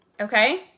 Okay